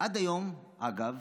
שעד היום, אגב,